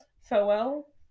Farewell